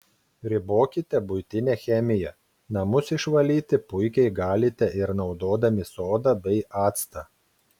ribokite buitinę chemiją namus išvalyti puikiai galite ir naudodami sodą bei actą